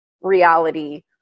reality